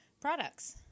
products